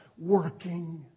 Working